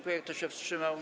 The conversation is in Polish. Kto się wstrzymał?